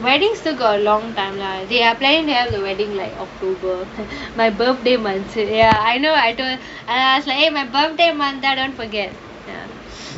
wedding still got a long time lah they are planning to have a wedding like october my birthday month so ya I know I told her eh I was like my birthday month don't forget